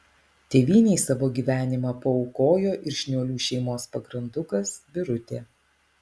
tėvynei savo gyvenimą paaukojo ir šniuolių šeimos pagrandukas birutė